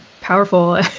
powerful